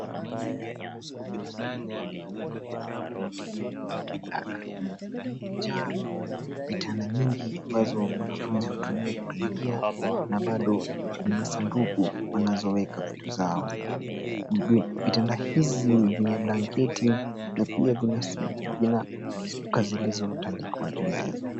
Humu ni bweni. Bweni hili lipo wanafunzi huja kulala. Limejaa vitanda nyingi ambazo wanafunzi hutumia kulia na bado lina sanduku wanazoweka vitu zao. Vitanda hizi vina blanketi na pia vina shuka zilizotandikwa juu yake.